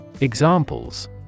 Examples